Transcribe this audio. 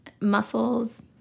muscles